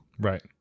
Right